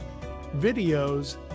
videos